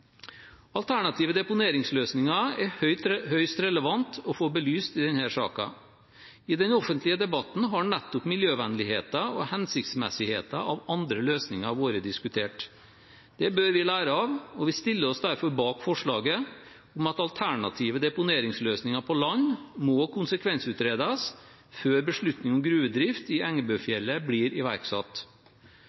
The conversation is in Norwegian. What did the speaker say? høyst relevant å få belyst i denne saken. I den offentlige debatten har nettopp miljøvennligheten og hensiktsmessigheten av andre løsninger vært diskutert. Det bør vi lære av, og vi stiller oss derfor bak forslaget om at alternative deponeringsløsninger på land må konsekvensutredes før beslutning om gruvedrift i Engebøfjellet blir iverksatt.